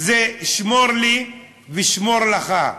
זה "שמור לי ואשמור לך".